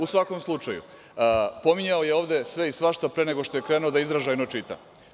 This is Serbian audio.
U svakom slučaju, pominjao je ovde sve i svašta pre nego što je krenuo izražajno da čita.